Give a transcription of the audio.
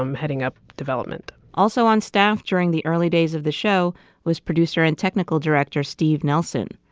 um heading up development also on staff during the early days of the show was producer and technical director steve nelson.